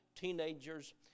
teenagers